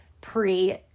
pre